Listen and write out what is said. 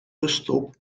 ruststop